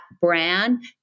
brand